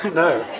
no.